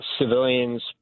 civilians